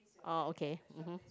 orh okay mmhmm